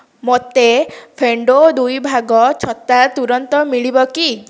ମୋତେ ଫେଣ୍ଡୋ ଦୁଇ ଭାଙ୍ଗ ଛତା ତୁରନ୍ତ ମିଳିବ କି